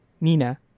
Nina